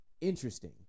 interesting